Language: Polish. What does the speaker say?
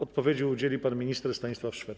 Odpowiedzi udzieli pan minister Stanisław Szwed.